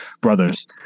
brothers